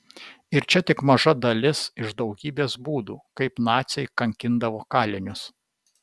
ir čia tik maža dalis iš daugybės būdų kaip naciai kankindavo kalinius